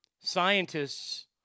scientists